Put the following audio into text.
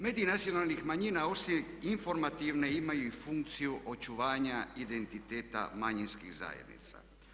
Mediji nacionalnih manjina osim informativne imaju i funkciju očuvanja identiteta manjinskih zajednica.